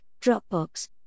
Dropbox